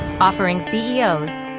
offering ceos,